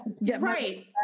Right